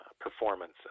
performance